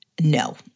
No